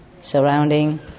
surrounding